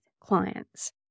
clients